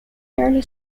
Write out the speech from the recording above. early